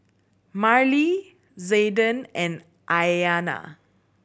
Marlee Zaiden and Aiyana